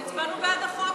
אבל הצבענו בעד החוק,